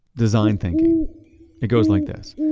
design thinking it goes like this.